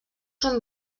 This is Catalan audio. són